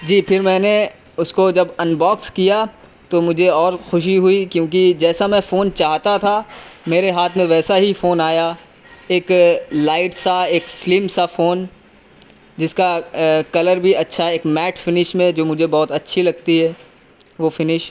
جی پھر میں نے اس کو جب انباکس کیا تو مجھے اور خوشی ہوئی کیونکہ جیسا میں فون چاہتا تھا میرے ہاتھ میں ویسا ہی فون آیا ایک لائٹ سا ایک سلم سا فون جس کا کلر بھی اچھا ایک میٹ فنش میں جو مجھے بہت اچھی لگتی ہے وہ فنش